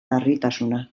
larritasuna